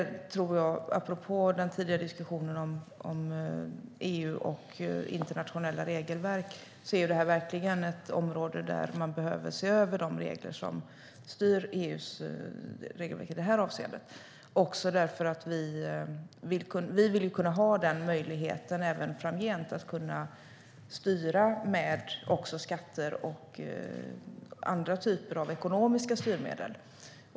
Apropå den tidigare diskussionen om EU och internationella regelverk är det här ett område där man behöver se över de regler som styr EU:s regelverk i det här avseendet. Vi vill även framgent kunna ha möjlighet att styra med skatter och andra typer av ekonomiska styrmedel.